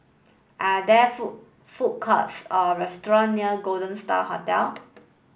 are there food food courts or restaurant near Golden Star Hotel